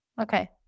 Okay